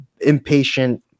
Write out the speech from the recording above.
impatient